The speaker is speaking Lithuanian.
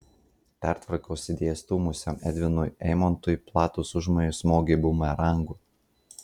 pertvarkos idėją stūmusiam edvinui eimontui platūs užmojai smogė bumerangu